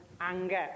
anger